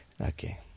Okay